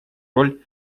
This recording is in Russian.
роль